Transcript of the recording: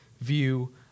view